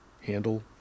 handle